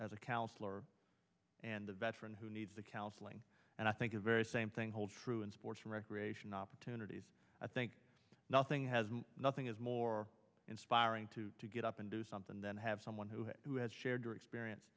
as a counsellor and a veteran who needs the counseling and i think the very same thing holds true in sports and recreation opportunities i think nothing has nothing is more inspiring to to get up and do something then have someone who has who has shared your experience